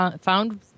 found